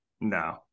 no